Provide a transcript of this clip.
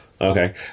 Okay